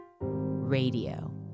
Radio